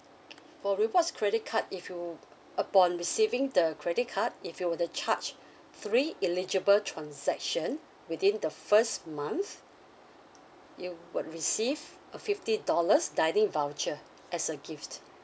orh for rewards credit card if you upon receiving the credit card if you were to charge three eligible transaction within the first month you will receive a fifty dollars dining voucher as a gift